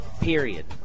Period